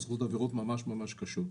אלה צריכות להיות עבירות ממש ממש קשות.